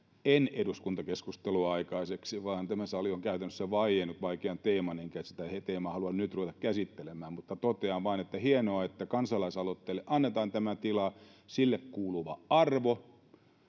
en eduskuntakeskustelua aikaiseksi vaan tämä sali on käytännössä vaiennut vaikean teeman enkä sitä teemaa halua nyt ruveta käsittelemään mutta totean vain että hienoa että kansalaisaloitteelle annetaan tämä tila sille kuuluva arvo